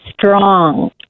strong